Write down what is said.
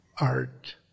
art